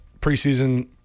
preseason